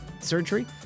surgery